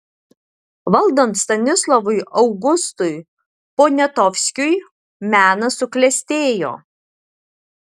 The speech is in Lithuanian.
valdant stanislovui augustui poniatovskiui menas suklestėjo